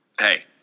hey